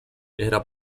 era